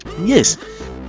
Yes